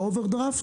באוברדרפט,